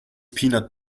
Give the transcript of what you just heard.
peanut